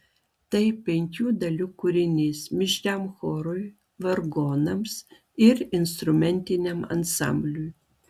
tai penkių dalių kūrinys mišriam chorui vargonams ir instrumentiniam ansambliui